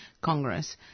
Congress